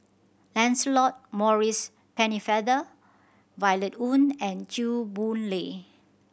Lancelot Maurice Pennefather Violet Oon and Chew Boon Lay